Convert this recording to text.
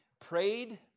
prayed